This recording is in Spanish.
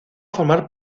formar